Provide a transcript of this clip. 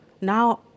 Now